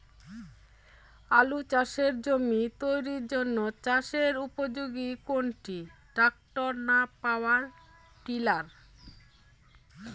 আলু চাষের জমি তৈরির জন্য চাষের উপযোগী কোনটি ট্রাক্টর না পাওয়ার টিলার?